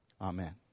amen